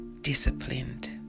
disciplined